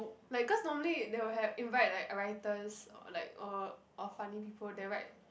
like cause normally they will have invite like uh writers or like or or funny people that write